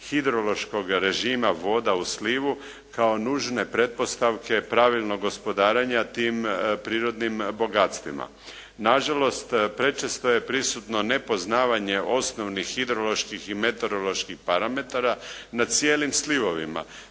hidrološkoga režima voda u slivu kao nužne pretpostavke pravilnog gospodarenja tim prirodnim bogatstvima. Na žalost prečesto je prisutno nepoznavanje osnovnih hidroloških i meteoroloških parametara na cijelim slivovima